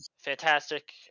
Fantastic